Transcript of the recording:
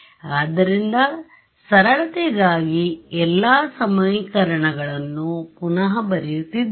ಆದ್ದರಿಂದ ಸರಳತೆಗಾಗಿ ಎಲ್ಲಾ ಸಮೀಕರಣಗಳನ್ನು ಪುನಃ ಬರೆಯುತ್ತಿದ್ದೇನೆ